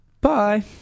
bye